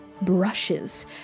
brushes